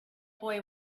boy